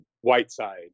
Whiteside